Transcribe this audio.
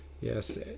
yes